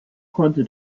konnte